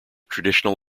traditional